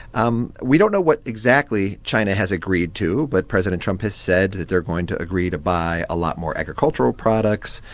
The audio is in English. um we don't know what exactly china has agreed to, but president trump has said that they're going to agree to buy a lot more agricultural products,